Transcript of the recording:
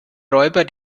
räuber